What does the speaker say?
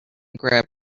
grab